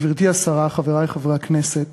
גברתי השרה, חברי חברי הכנסת,